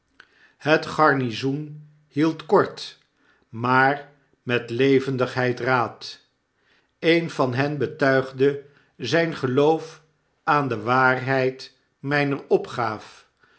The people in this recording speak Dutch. het garnizoen hield kort maar met levendigheid raad een van hen betuigde zyn geloof aan de waarheid myner opgaaf